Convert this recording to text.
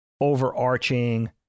overarching